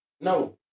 no